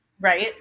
Right